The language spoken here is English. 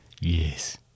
Yes